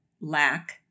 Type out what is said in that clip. lack